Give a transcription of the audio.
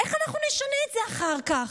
איך אנחנו נשנה את זה אחר כך?